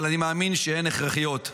אבל אני מאמין שהן הכרחיות.